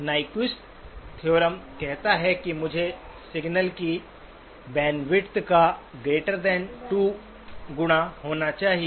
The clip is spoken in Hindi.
नाइक्वेस्ट थ्योरम कहता है कि मुझे सिग्नल की बैंडविड्थ का 2 गुना होना चाहिए